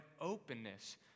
openness